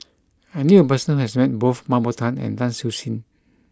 I knew a person who has met both Mah Bow Tan and Tan Siew Sin